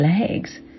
legs